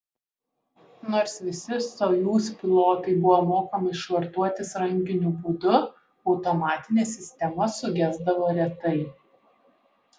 nors visi sojuz pilotai buvo mokomi švartuotis rankiniu būdu automatinė sistema sugesdavo retai